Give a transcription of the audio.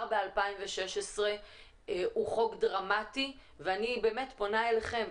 ב-2016 הוא חוק דרמטי ואני באמת פונה אליכם,